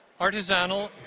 artisanal